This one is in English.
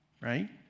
right